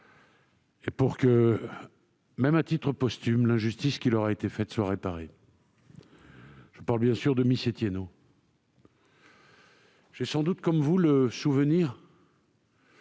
et pour que, même à titre posthume, l'injustice qui leur a été faite soit réparée. Je parle, bien sûr, de Mis et Thiennot. J'ai, comme vous sans doute, le souvenir